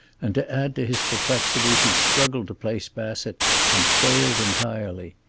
and to add to his perplexity, he struggled to place bassett and failed entirely.